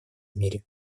мире